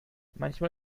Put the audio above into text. manchmal